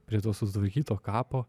prie to sutvarkyto kapo